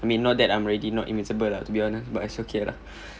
I mean not that I'm already not invisible lah to be honest but it's okay lah